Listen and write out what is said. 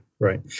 Right